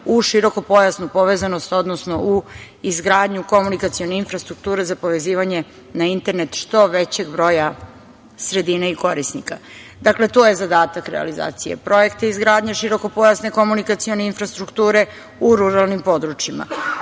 u širokopojasnu povezanost, odnosno u izgradnju komunikacione infrastrukture za povezivanje na internet što većeg broja sredine i korisnika. Dakle, to je zadatak realizacije projekta izgradnje širokopojasne komunikacione infrastrukture u ruralnim područjima. Zajam